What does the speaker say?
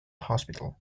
hospital